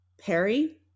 Perry